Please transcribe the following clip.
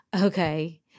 Okay